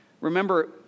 Remember